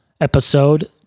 episode